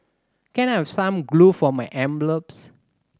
can I have some glue for my envelopes